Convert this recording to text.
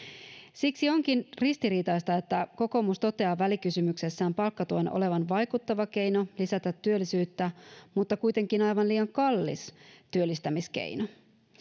siksi onkin ristiriitaista että kokoomus toteaa välikysymyksessään palkkatuen olevan vaikuttava keino lisätä työllisyyttä mutta kuitenkin aivan liian kallis työllistämiskeino